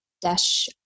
dash